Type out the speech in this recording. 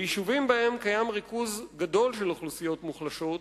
ביישובים שבהם יש ריכוז גדול של אוכלוסיות מוחלשות,